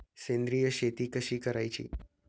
सेंद्रिय शेती कशी करायची?